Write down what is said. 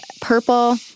purple